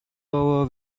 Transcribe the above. over